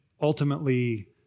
ultimately